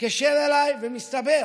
מתקשר אליי, ומסתבר